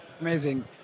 Amazing